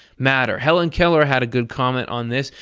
matter. helen keller had a good comment on this,